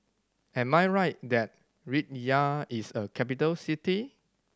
am I right that Riyadh is a capital city